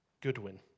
Goodwin